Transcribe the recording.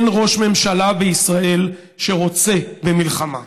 אין ראש ממשלה בישראל שרוצה במלחמה.